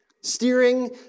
Steering